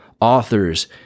authors